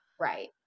Right